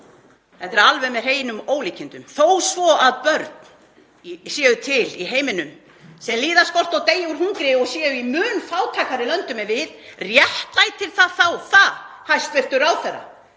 Þetta er alveg með hreinum ólíkindum. Það að börn séu til í heiminum sem líða skort og deyja úr hungri og séu í mun fátækari löndum en við, réttlætir þá það, hæstv. ráðherra,